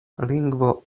lingvo